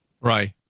right